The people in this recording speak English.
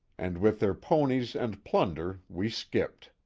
and with their ponies and plunder we skipped.